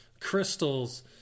crystals